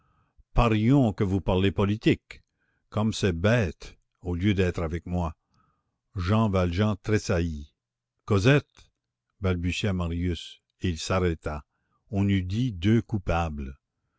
parions que vous parlez politique comme c'est bête au lieu d'être avec moi jean valjean tressaillit cosette balbutia marius et il s'arrêta on eût dit deux coupables